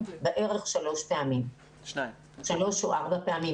שלוש או ארבע פעמים.